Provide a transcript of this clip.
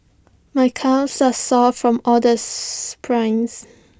my calves are sore from all the sprints